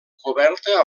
coberta